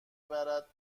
برد